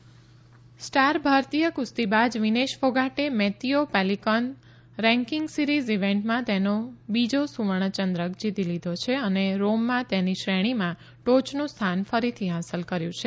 કુસ્તી સુવર્ણ ચંદ્રક સ્ટાર ભારતીય કુસ્તીબાજ વિનેશ ફોગાટે મેત્તીયો પેલીકોન રેન્કીંગ સીરીઝ ઇવેન્ટમાં તેનો બીજો સુવર્ણચંદ્રક જીતી લીધો છે અને રોમમાં તેની શ્રેણીમાં ટોચનું સ્થાન ફરીથી હાંસલ કર્યું છે